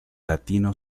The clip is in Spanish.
latino